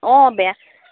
অঁ বেয়া